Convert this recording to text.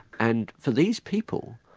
and for these people,